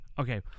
Okay